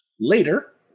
Later